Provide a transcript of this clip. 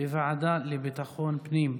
בוועדה לביטחון הפנים.